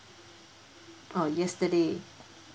oh yesterday